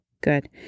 Good